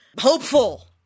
hopeful